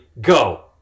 go